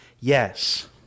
Yes